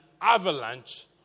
avalanche